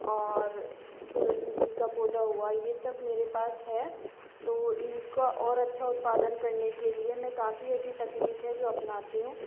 और सूरजमुखी का पौधा हुआ यह सब मेरे पास है तो इनका और अच्छा उत्पादन करने के लिए मैं काफ़ी ऐसी तकनीक है जो अपनाती हूँ